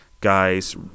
guys